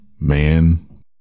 man